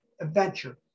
adventure